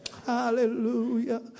Hallelujah